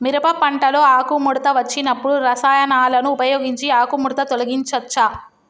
మిరప పంటలో ఆకుముడత వచ్చినప్పుడు రసాయనాలను ఉపయోగించి ఆకుముడత తొలగించచ్చా?